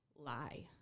lie